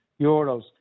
euros